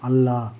ಅಲ್ಲ